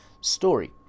story